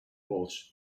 walsh